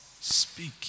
Speak